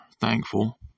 thankful